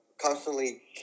constantly